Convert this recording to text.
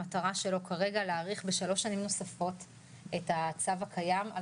המטרה שלו כרגע היא להאריך בשלוש שנים נוספות את הצו הקיים על